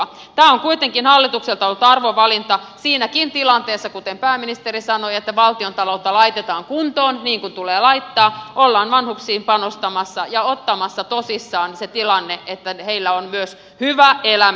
tämä on kuitenkin hallitukselta ollut arvovalinta siinäkin tilanteessa kuten pääministeri sanoi että valtiontaloutta laitetaan kuntoon niin kuin tulee laittaa ollaan vanhuksiin panostamassa ja ottamassa tosissaan se tilanne että heillä on myös hyvä elämä